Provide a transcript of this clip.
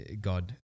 God